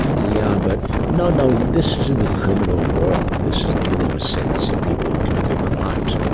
yeah. but no, no, yeah this is in the criminal world. this is dealing with sentencing people who've committed crimes